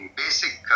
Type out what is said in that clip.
basic